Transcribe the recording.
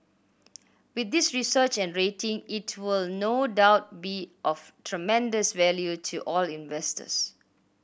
with this research and rating it will no doubt be of tremendous value to all investors